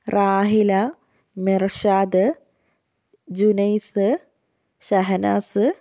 Rahila Mershad Junais Shehnaz